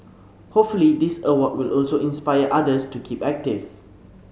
hopefully this award will also inspire others to keep active